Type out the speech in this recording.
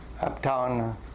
uptown